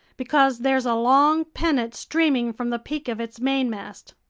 because there's a long pennant streaming from the peak of its mainmast.